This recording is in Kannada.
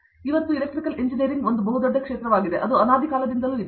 ಹೀಗಾಗಿ ಎಲೆಕ್ಟ್ರಿಕಲ್ ಇದು ಎಂಜಿನಿಯರಿಂಗ್ ಕ್ಷೇತ್ರವಾಗಿದೆ ಅದು ಬಹಳ ಕಾಲದಿಂದಲೂ ಇದೆ